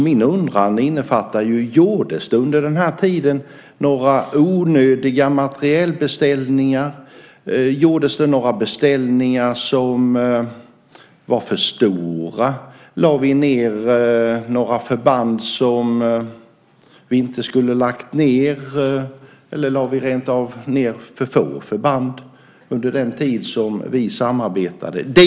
Min undran innefattar om det under den tid vi samarbetade gjordes några onödiga materielbeställningar, för stora beställningar, om förband lades ned som inte skulle ha lagts ned eller om rentav för få förband lades ned.